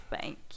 thank